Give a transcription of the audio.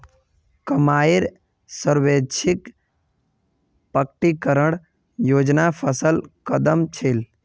कमाईर स्वैच्छिक प्रकटीकरण योजना सफल कदम छील